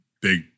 Big